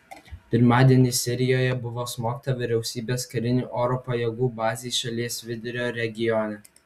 pirmadienį sirijoje buvo smogta vyriausybės karinių oro pajėgų bazei šalies vidurio regione